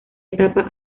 etapa